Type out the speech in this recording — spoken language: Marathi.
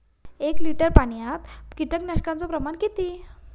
एक लिटर पाणयात कीटकनाशकाचो प्रमाण किती?